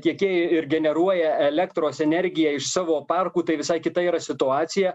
tiekėjai ir generuoja elektros energiją iš savo parkų tai visai kita yra situacija